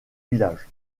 village